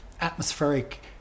atmospheric